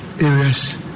areas